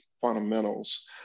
fundamentals